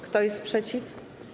Kto jest przeciw?